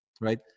right